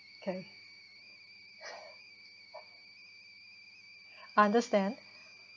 okay understand